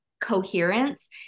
coherence